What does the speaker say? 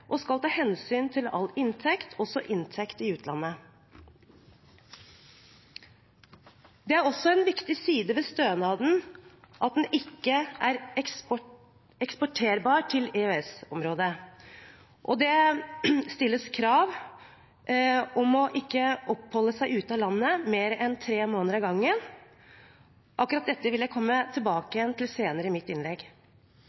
og skal ta hensyn til all inntekt, også inntekt i utlandet. Det er også en viktig side ved stønaden at den ikke er eksporterbar til EØS-området. Og det stilles krav om ikke å oppholde seg ute av landet i mer enn tre måneder av gangen. Akkurat dette vil jeg komme tilbake til senere i mitt innlegg.